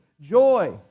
joy